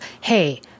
hey